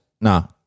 no